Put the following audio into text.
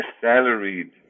salaried